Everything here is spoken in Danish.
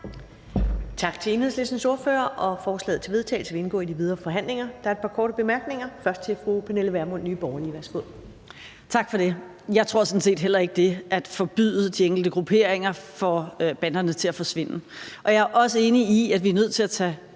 Tak for det. Jeg tror sådan set heller ikke, at det at forbyde de enkelte grupperinger får banderne til at forsvinde, og jeg er også enig i, at vi er nødt til at tage